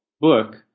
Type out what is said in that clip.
book